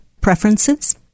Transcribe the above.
preferences